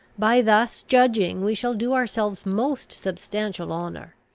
by thus judging we shall do ourselves most substantial honour.